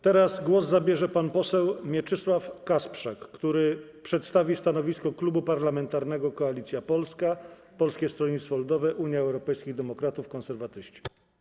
Teraz głos zabierze pan poseł Mieczysław Kasprzak, który przedstawi stanowisko Klubu Parlamentarnego Koalicja Polska - Polskie Stronnictwo Ludowe, Unia Europejskich Demokratów, Konserwatyści.